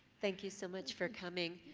thank you so much for coming.